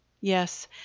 yes